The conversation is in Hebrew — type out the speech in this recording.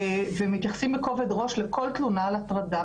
ומתייחסים בכובד ראש לכל תלונה על הטרדה.